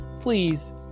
please